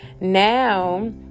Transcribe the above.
Now